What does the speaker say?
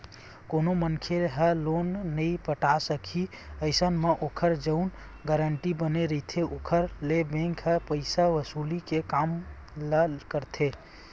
कोनो मनखे ह लोन नइ पटाय सकही अइसन म ओखर जउन गारंटर बने रहिथे ओखर ले बेंक ह पइसा वसूली के काम ल करथे